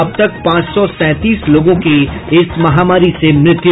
अब तक पांच सौ सैंतीस लोगों की इस महामारी से मृत्यु